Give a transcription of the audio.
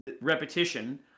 repetition